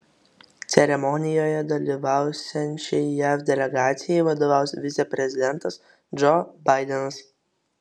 ceremonijoje dalyvausiančiai jav delegacijai vadovaus viceprezidentas džo baidenas